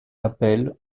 appel